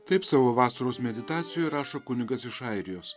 taip savo vasaros meditacijoj rašo kunigas iš airijos